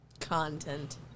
Content